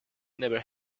never